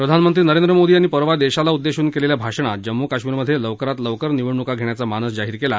प्रधानमंत्री नरेंद्र मोदी यांनी परवा देशाला उद्देशून केलेल्या भाषणात जम्मू कश्मीरमधे लवकरात लवकर निवडणुका घेण्याचा मानस जाहीर केला